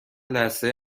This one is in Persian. لثه